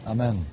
Amen